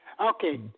Okay